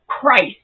Christ